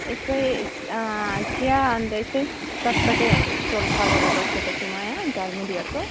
यस्तै चिया अन्त य स्तै चटपटेहरूको स्टल खोलेर बसेको छु म यहाँ झालमुरीहरूको